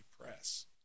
press